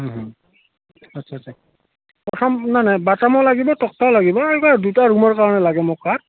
আচ্ছা আচ্ছা প্ৰথম বাটামো লাগিব তক্তাও লাগিব এই দুটা ৰুমৰ কাৰণে লাগে মোক কাঠ